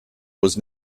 was